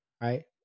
right